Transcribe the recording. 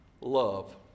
love